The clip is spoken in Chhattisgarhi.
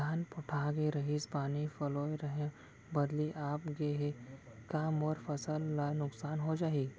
धान पोठागे रहीस, पानी पलोय रहेंव, बदली आप गे हे, का मोर फसल ल नुकसान हो जाही?